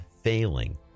failing